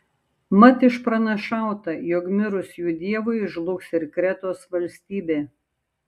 mat išpranašauta jog mirus jų dievui žlugs ir kretos valstybė